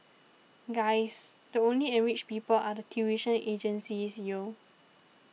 guys the only enriched people are the tuition agencies yo